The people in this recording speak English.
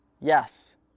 yes